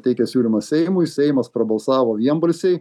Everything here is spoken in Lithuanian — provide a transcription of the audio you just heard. teikia siūlymą seimui seimas prabalsavo vienbalsiai